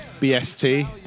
BST